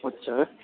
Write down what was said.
اچھا